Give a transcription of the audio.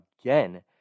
again